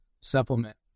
supplement